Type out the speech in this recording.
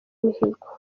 mihigo